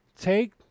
take